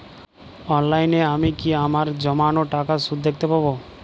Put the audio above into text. অনলাইনে আমি কি আমার জমানো টাকার সুদ দেখতে পবো?